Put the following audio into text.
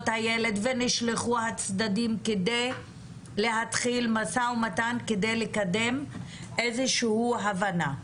הילד ונשלחו הצדדים כדי להתחיל משא ומתן כדי לקדם איזושהי הבנה.